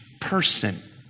person